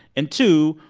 and two,